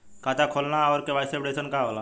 खाता खोलना और के.वाइ.सी अपडेशन का होला?